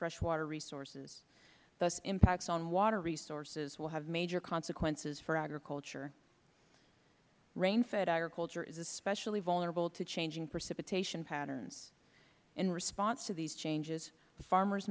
freshwater resources thus impacts on water resources will have major consequences for agriculture rain fed agriculture is especially vulnerable to changing precipitation patterns in response to these changes farmers